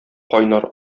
кайнар